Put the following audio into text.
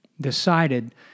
decided